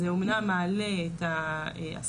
אז זה אומנם מעלה את ההשכלה,